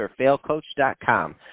FailCoach.com